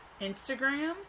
Instagram